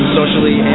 socially